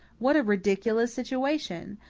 what a ridiculous situation!